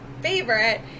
favorite